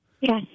Yes